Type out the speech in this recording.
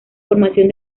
formación